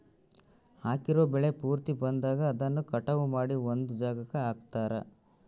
ಹಾಕಿರೋ ಬೆಳೆ ಪೂರ್ತಿ ಬಂದಾಗ ಅದನ್ನ ಕಟಾವು ಮಾಡಿ ಒಂದ್ ಜಾಗಕ್ಕೆ ಹಾಕ್ತಾರೆ